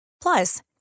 Plus